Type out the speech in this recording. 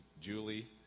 Julie